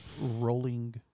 rolling